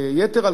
יתר על כן,